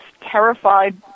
terrified